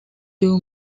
two